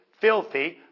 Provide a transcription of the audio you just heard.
filthy